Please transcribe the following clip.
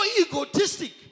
egotistic